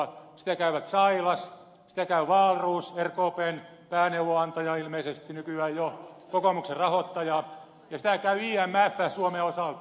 sitä käy sailas sitä käy wahlroos rkpn pääneuvonantaja ilmeisesti nykyään jo kokoomuksen rahoittaja ja sitä käy imf suomen osalta